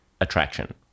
attraction